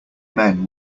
men